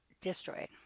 Destroyed